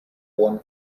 one